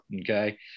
Okay